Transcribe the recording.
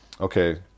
okay